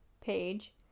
Page